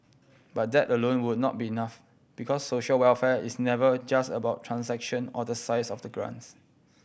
but that alone will not be enough because social welfare is never just about transaction or the size of the grants